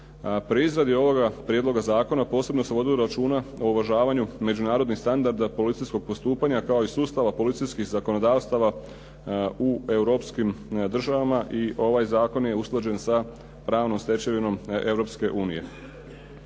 Pri izradi ovoga prijedloga zakona posebno se vodilo računa o uvažavanju međunarodnih standarda policijskog postupanja kao i sustava policijskih zakonodavstava u europskim državama i ovaj zakon je usklađen sa pravnom stečevinom Europske unije.